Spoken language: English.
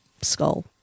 skull